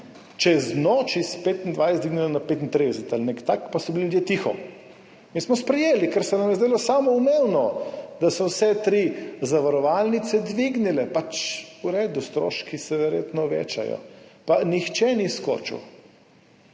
čez noč s 25 dvignila na 35 ali nekaj takega, pa so bili ljudje tiho. Mi smo sprejeli, ker se nam je zdelo samoumevno, da so vse tri zavarovalnice dvignile. Pač v redu, stroški se verjetno večajo. Pa nihče ni skočil.